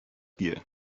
gear